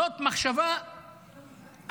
זאת מחשבה אנטי-צרכנית,